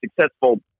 successful